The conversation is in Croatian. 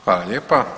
Hvala lijepa.